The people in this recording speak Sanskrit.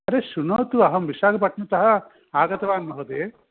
अरे शृणोतु अहं विशाखपट्टणतः आगतवान् महोदय